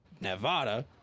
Nevada